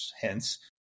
Hence